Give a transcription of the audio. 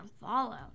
follow